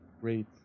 Great